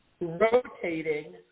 rotating